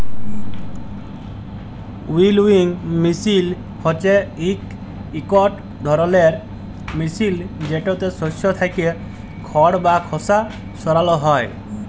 উইলউইং মিশিল হছে ইকট ধরলের মিশিল যেটতে শস্য থ্যাইকে খড় বা খসা সরাল হ্যয়